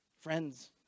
Friends